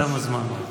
תם הזמן.